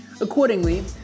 Accordingly